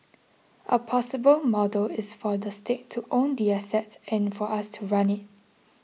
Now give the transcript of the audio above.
a possible model is for the state to own the assets and for us to run it